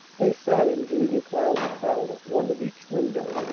they sat in julia cloud's parlor, one at each window,